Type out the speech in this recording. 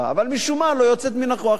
אבל משום מה לא יוצאת מן הכוח אל הפועל.